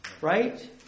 Right